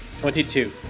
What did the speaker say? Twenty-two